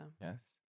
Yes